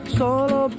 solo